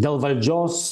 dėl valdžios